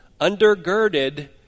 undergirded